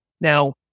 Now